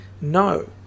no